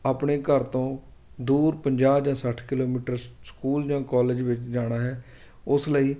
ਆਪਣੇ ਘਰ ਤੋਂ ਦੂਰ ਪੰਜਾਹ ਜਾਂ ਸੱਠ ਕਿਲੋਮੀਟਰ ਸ ਸਕੂਲ ਜਾਂ ਕੋਲਜ ਵਿੱਚ ਜਾਣਾ ਹੈ ਉਸ ਲਈ